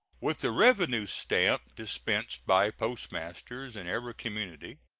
with the revenue stamp dispensed by postmasters in every community,